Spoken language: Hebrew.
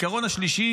והעיקרון השלישי